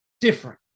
different